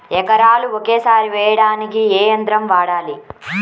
ఎకరాలు ఒకేసారి వేయడానికి ఏ యంత్రం వాడాలి?